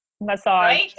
massage